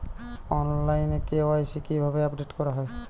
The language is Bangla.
অনলাইনে কে.ওয়াই.সি কিভাবে আপডেট করা হয়?